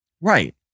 Right